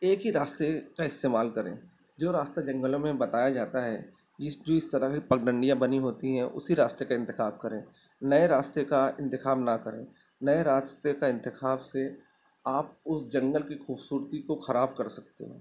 ایک ہی راستے کا استعمال کریں جو راستہ جنگلوں میں بتایا جاتا ہے اس جو اس طرح سے پگڈنڈیاں بنی ہوتی ہیں اسی راستے کا انتخاب کریں نئے راستے کا انتخاب نہ کریں نئے راستے کا انتخاب سے آپ اس جنگل کی خوبصورتی کو خراب کر سکتے ہیں